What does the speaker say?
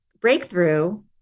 breakthrough